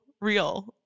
real